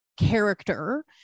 character